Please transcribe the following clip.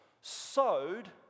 sowed